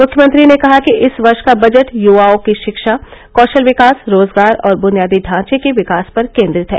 मुख्यमंत्री ने कहा कि इस वर्ष का बजट युवाओं की शिक्षा कौशल विकास रोजगार और बुनियादी ढांचे के विकास पर केंद्रित है